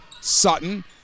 Sutton